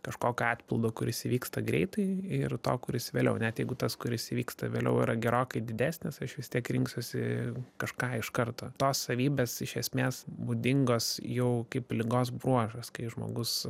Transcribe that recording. kažkokio atpildo kuris įvyksta greitai ir to kuris vėliau net jeigu tas kuris įvyksta vėliau yra gerokai didesnis aš vis tiek rinksiuosi kažką iš karto tos savybės iš esmės būdingos jau kaip ligos bruožas kai žmogus